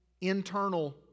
internal